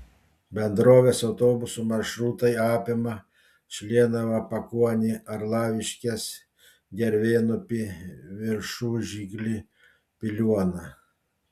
bendrovės autobusų maršrutai apima šlienavą pakuonį arlaviškes gervėnupį viršužiglį piliuoną